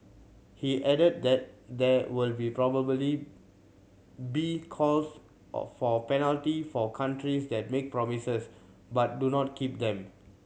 he added that there will probably be calls or for penalty for countries that make promises but do not keep them